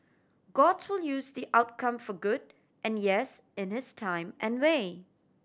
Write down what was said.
god to use the outcome for good and yes in his time and way